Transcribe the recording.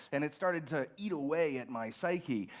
and it started to eat away at my psyche.